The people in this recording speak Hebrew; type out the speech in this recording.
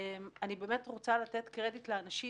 אני באמת רוצה לתת קרדיט לאנשים,